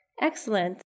Excellent